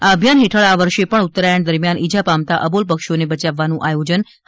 આ અભિયાન હેઠળ આ વર્ષે પણ ઉત્તરાયણ દરમ્યાન ઇજા પામતા અબોલ પક્ષીઓને બચાવવાનું આયોજન હાથ ધરાયું છે